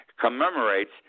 commemorates